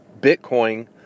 Bitcoin